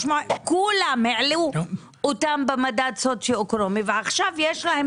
כולם העלו אותם במדד סוציואקונומי ועכשיו יש להם